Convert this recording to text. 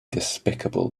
despicable